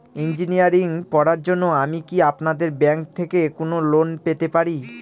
Engineering পড়ার জন্য আমি কি আপনাদের ব্যাঙ্ক থেকে কোন লোন পেতে পারি?